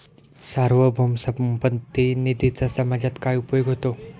सार्वभौम संपत्ती निधीचा समाजात काय उपयोग होतो?